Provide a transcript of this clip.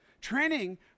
Training